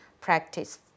practice